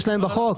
יש להן בחוק.